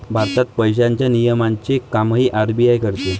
भारतात पैशांच्या नियमनाचे कामही आर.बी.आय करते